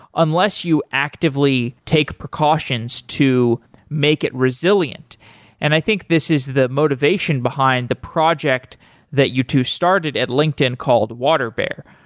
unless you actively take precautions to make it resilient and i think this is the motivation behind the project that you two started at linkedin called water bear.